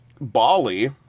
Bali